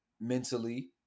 mentally